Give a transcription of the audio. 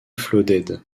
flooded